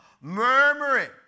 murmuring